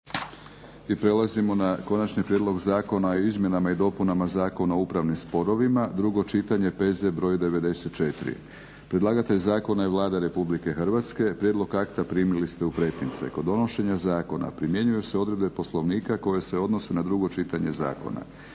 I prelazimo na - Konačni prijedlog zakona o izmjenama i dopunama Zakona o upravnim sporovima, drugo čitanje, PZ br. 94 Predlagatelj zakona je Vlada RH. Prijedlog akta primili ste u pretince. Kod donošenja zakona primjenjuju se odredbe Poslovnika koje se odnose na drugo čitanje zakona.